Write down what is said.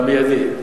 במיידי,